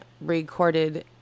recorded